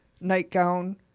nightgown